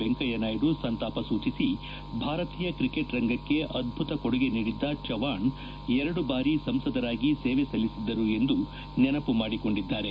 ವೆಂಕಯ್ಯನಾಯ್ತು ಸಂತಾಪ ಸೂಚಿಸಿ ಭಾರತೀಯ ಕ್ರಿಕೆಟ್ ರಂಗಕ್ಕೆ ಅದ್ಭುತ ಕೊಡುಗೆ ನೀಡಿದ್ದ ಚವ್ಹಾಣ್ ಎರೆದು ಬಾರಿ ಸಂಸದರಾಗಿ ಸೇವೆ ಸಲ್ಲಿಸಿದ್ದರು ಎಂದು ನೆನಪು ಮಾಡಿಕೊಂಡಿದ್ದಾರೆ